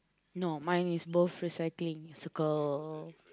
no mine is both recycling circle